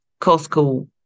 Costco